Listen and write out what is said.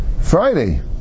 Friday